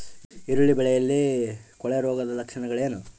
ಈರುಳ್ಳಿ ಬೆಳೆಯಲ್ಲಿ ಕೊಳೆರೋಗದ ಲಕ್ಷಣಗಳೇನು?